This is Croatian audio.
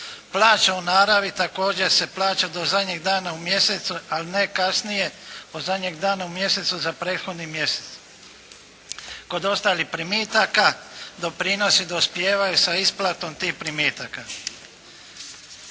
Plaća u naravi također se plaća do zadnjeg dana u mjesecu, ali ne kasnije od zadnjeg dana u mjesecu za prethodni mjesec. Kod ostalih primitaka doprinosi dospijevaju sa isplatom tih primitaka.